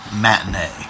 Matinee